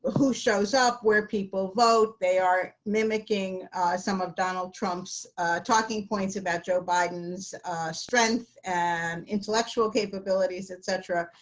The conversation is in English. who shows up, where people vote. they are mimicking some of donald trump's talking points about joe biden's strength and intellectual capabilities, et cetera.